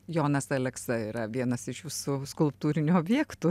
jonas aleksa yra vienas iš jūsų skulptūrinių objektų